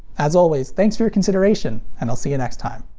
as always, thanks for your consideration, and i'll see you next time.